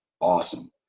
awesome